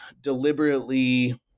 deliberately